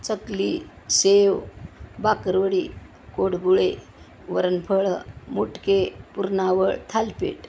चकली शेव बाकरवडी कडबोळे वरणफळं मुटके पुरणावळ थालीपीठ